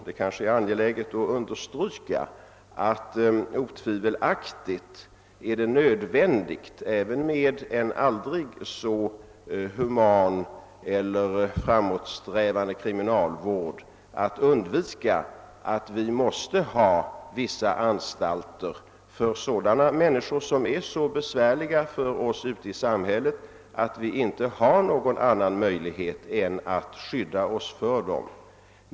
Det är, anser jag, angeläget att understryka att det — även med en aldrig så human och framåtsträvande kriminalvård — blir nödvändigt att ha vissa anstalter för människor som är så besvärliga för oss ute i samhället att vi inte har någon annan möjlighet att skydda oss för dem.